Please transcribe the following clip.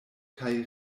kaj